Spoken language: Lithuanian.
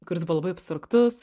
kuris buvo labai abstraktus